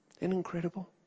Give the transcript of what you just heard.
Incredible